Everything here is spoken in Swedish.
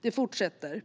Det fortsätter: